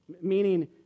Meaning